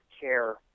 care